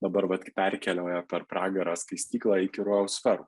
dabar vat perkeliauja per pragarą skaistyklą iki rojaus sferų